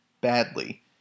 badly